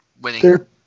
winning